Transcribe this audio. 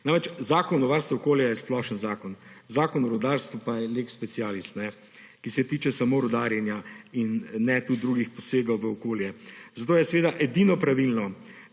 Namreč, Zakon o varstvu okolja je splošen zakon, Zakon o rudarstvu pa je lex specialis, ki se tiče samo rudarjenja in ne tudi drugih posegov v okolje, zato je seveda edino pravilno,